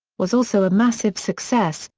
was also a massive success,